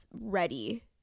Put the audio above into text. ready